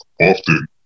often